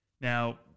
Now